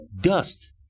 dust